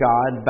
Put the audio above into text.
God